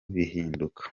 bihinduka